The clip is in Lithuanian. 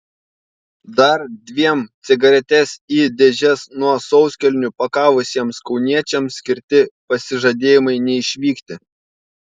dar dviem cigaretes į dėžes nuo sauskelnių pakavusiems kauniečiams skirti pasižadėjimai neišvykti